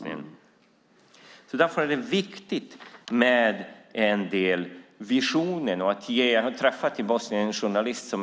Det är därför viktigt med visioner. Jag träffade en 28-årig journalist